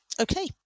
Okay